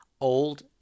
Old